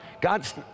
God's